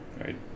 Right